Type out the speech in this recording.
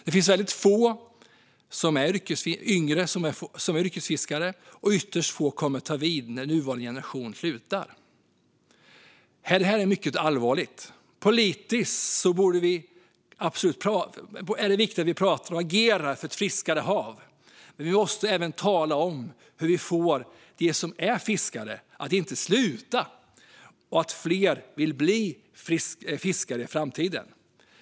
Det finns väldigt få yngre som är yrkesfiskare, och ytterst få kommer att ta vid när nuvarande generation slutar. Detta är mycket allvarligt. Politiskt är det viktigt att vi pratar och agerar för ett friskare hav, men vi måste även tala om hur vi får de som är fiskare att inte sluta och hur vi får fler att vilja bli fiskare i framtiden.